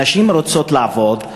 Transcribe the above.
הנשים רוצות לעבוד,